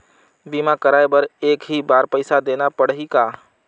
बीमा कराय बर एक ही बार पईसा देना पड़ही का?